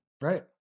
Right